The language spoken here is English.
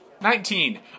Nineteen